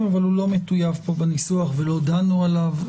אבל הוא לא מטויב פה בניסוח ולא דנו עליו.